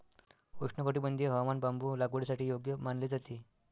उष्णकटिबंधीय हवामान बांबू लागवडीसाठी योग्य मानले जाते